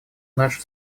наша